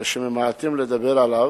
וממעטים לדבר עליו.